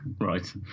Right